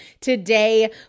today